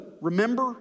remember